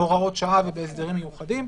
בהוראות שעה ובהסדרים מיוחדים.